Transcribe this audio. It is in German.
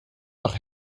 nach